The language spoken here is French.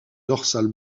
dorsale